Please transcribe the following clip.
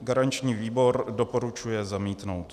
Garanční výbor doporučuje zamítnout.